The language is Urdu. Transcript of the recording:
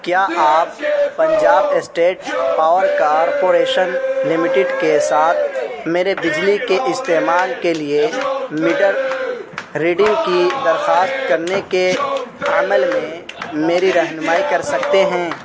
کیا آپ Punjab state power corporation limited کے ساتھ میرے بجلی کے استعمال کے لیے میٹر ریڈنگ کی درخواست کرنے کے عمل میں میری رہنمائی کر سکتے ہیں